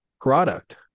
product